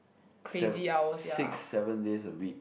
seven six seven days a week